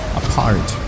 apart